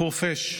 מחורפיש,